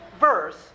verse